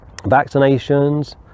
vaccinations